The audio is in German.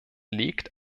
legt